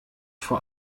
vor